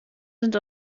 sind